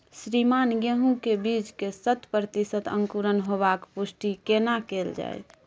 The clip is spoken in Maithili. श्रीमान गेहूं के बीज के शत प्रतिसत अंकुरण होबाक पुष्टि केना कैल जाय?